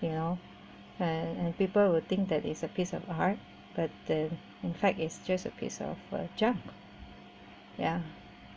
you know and and people will think that is a piece of art but the in fact it's just a piece of a junk ya